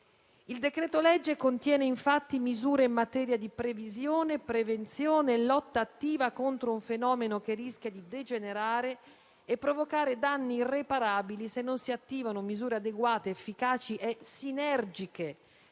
Il decreto-legge contiene infatti misure in materia di previsione, prevenzione e lotta attiva contro un fenomeno che rischia di degenerare e provocare danni irreparabili se non si attivano misure adeguate, efficaci e sinergiche